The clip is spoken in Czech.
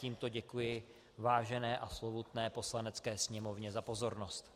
Tímto děkuji vážené a slovutné Poslanecké sněmovně za pozornost.